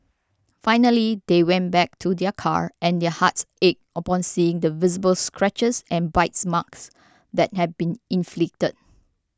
finally they went back to their car and their hearts ached upon seeing the visible scratches and bite marks that had been inflicted